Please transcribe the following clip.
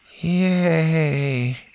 Yay